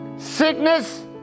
sickness